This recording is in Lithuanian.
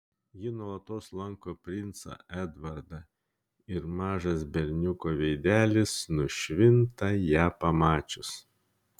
ji nuolatos lanko princą edvardą ir mažas berniuko veidelis nušvinta ją pamačius